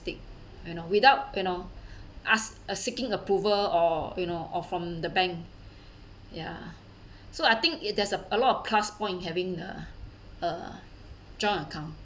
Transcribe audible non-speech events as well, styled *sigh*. take you know without you know *breath* ask a seeking approval or you know or from the bank *breath* ya so I think it there's a lot of plus point having uh uh joint account